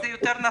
זה יותר נכון.